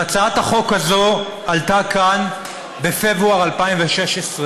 והצעת החוק הזאת עלתה כאן בפברואר 2016,